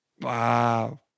Wow